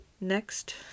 Next